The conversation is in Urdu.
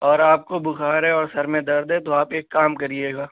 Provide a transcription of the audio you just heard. اور آپ کو بخار ہے اور سر میں درد ہے تو آپ ایک کام کریے گا